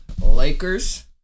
Lakers